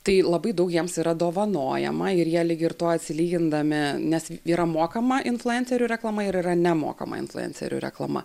tai labai daug jiems yra dovanojama ir jie lyg ir tuo atsilygindami nes yra mokama influencerių reklama ir yra nemokama influencerių reklama